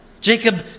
Jacob